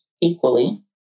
equally